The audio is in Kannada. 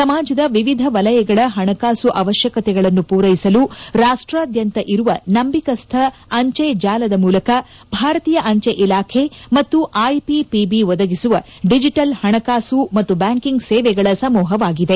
ಸಮಾಜದ ವಿವಿಧ ವಲಯಗಳ ಹಣಕಾಸು ಅವಕ್ಕಕತೆಗಳನ್ನು ಪೂರೈಸಲು ರಾಷ್ಲಾದ್ಯಂತ ಇರುವ ನಂಬಿಕಸ್ನ ಅಂಜೆ ಜಾಲದ ಮೂಲಕ ಭಾರತೀಯ ಅಂಜೆ ಇಲಾಖೆ ಮತ್ತು ಐಪಿಪಿಐಿ ಒದಗಿಸುವ ಡಿಜೆಟಲ್ ಹಣಕಾಸು ಮತ್ತು ಬ್ಲಾಂಕಿಂಗ್ ಸೇವೆಗಳ ಸಮೂಹವಾಗಿದೆ